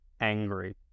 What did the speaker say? angry